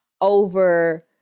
over